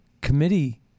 committee